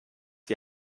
die